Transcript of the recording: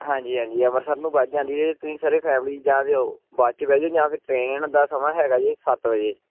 ਹਾਂਜੀ ਹਾਂਜੀ ਅੰਮ੍ਰਿਤਸਰ ਨੂੰ ਬੱਸ ਜਾਂਦੀ ਹੈ ਤੁਸੀਂ ਸਾਰੇ ਫੈਮਲੀ ਜਾਂ ਤਾਂ ਬੱਸ 'ਚ ਬਹਿ ਜਾਓ ਜਾਂ ਫਿਰ ਟ੍ਰੇਨ ਦਾ ਸਮਾਂ ਹੈਗਾ ਜੀ ਸੱਤ ਵਜੇ